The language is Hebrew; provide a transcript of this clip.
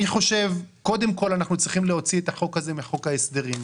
אני חושב שקודם כל אנחנו צריכים להוציא את החוק הזה מחוק ההסדרים.